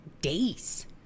days